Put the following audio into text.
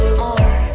more